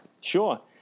Sure